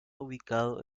ubicado